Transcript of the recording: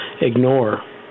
ignore